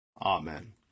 Amen